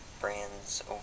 brands